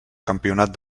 campionat